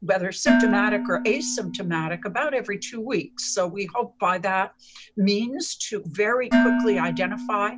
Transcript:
whether symptomatic or asymptomatic, about every two weeks, so we hope by that means to very quickly identify